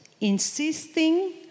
insisting